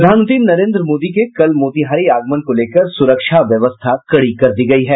प्रधानमंत्री नरेन्द्र मोदी के कल मोतिहारी आगमन को लेकर सुरक्षा व्यवस्था कड़ी कर दी गयी है